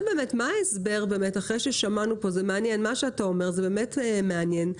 --- מה שאתה אומר באמת מעניין.